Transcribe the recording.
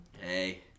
Hey